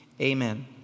amen